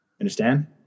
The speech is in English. Understand